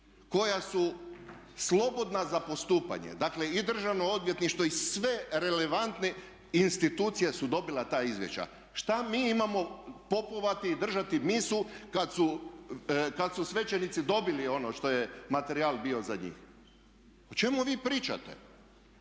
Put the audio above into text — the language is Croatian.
koja su slobodna za postupanje. Dakle, i Državno odvjetništvo i sve relevantne institucije su dobile ta izvješća. Što mi imamo popovati i držati misu kad su svećenici dobili ono što je materijal bio za njih? O čemu vi pričate?